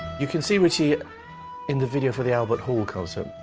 you can see ritchie in the video for the albert hall concert,